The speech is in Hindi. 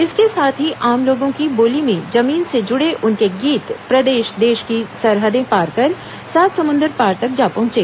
इसके साथ ही आम लोगों की बोली में जमीन से जुड़े उनके गीत प्रदेश देश की सरहदें पार कर सात समुंदर पार तक जा पहुंचे